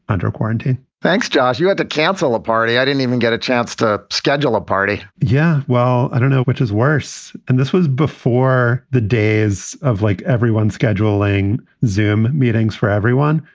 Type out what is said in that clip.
under quarantine thanks, josh. you had to cancel a party. i didn't even get a chance to schedule a party yeah, well, i don't know which is worse. and this was before the days of like everyone scheduling xoom meetings for everyone.